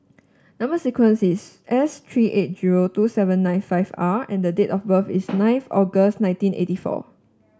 number sequence is S three eight zero two seven nine five R and date of birth is nine nine August nineteen eighty four